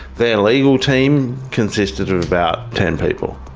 their legal team consisted of about ten people.